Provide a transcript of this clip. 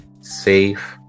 safe